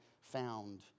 found